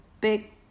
Big